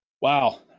Wow